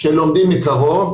שלומדים מקרוב,